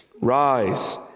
Rise